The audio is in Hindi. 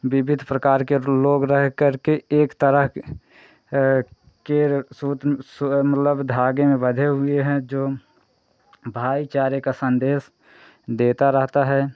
विविध प्रकार के र लोग रह करके एक तरह के केर सुत्म सुअ मतलब धागे में बधे हुए हैं जो भाईचारे का संदेश देता रहता है